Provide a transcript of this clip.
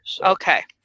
Okay